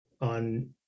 on